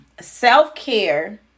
self-care